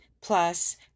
plus